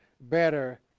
better